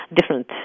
different